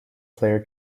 player